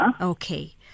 Okay